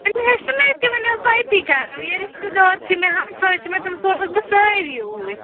وے حظ چھُ مےٚ تہٕ ونۍ حظ أتہِ کران یہِ رِشتٔدار دار چھِ مےٚ ہمساے چھِ مےٚ تِم سوزکھ بہٕ سٲری اوٗرۍ